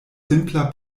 simpla